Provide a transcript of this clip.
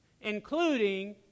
including